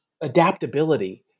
adaptability